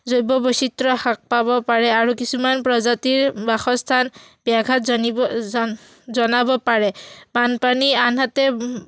জৈৱ বৈচিত্ৰ হ্ৰাস পাব পাৰে আৰু কিছুমান প্ৰজাতিৰ বাসস্থান ব্যঘাত জনিব জ জনাব পাৰে বানপানী আনহাতে